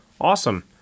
Awesome